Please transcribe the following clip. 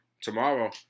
tomorrow